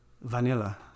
Vanilla